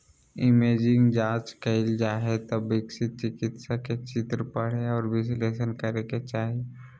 imaging जांच कइल जा हइ त विकिरण चिकित्सक के चित्र पढ़े औरो विश्लेषण करे के चाही